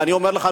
ואני אומר לך,